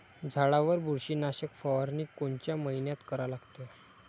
झाडावर बुरशीनाशक फवारनी कोनच्या मइन्यात करा लागते?